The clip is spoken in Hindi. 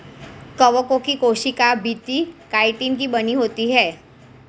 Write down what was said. कवकों की कोशिका भित्ति काइटिन की बनी होती है